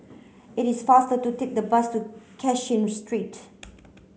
it is faster to take the bus to Cashin Street